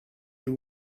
you